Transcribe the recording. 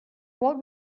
what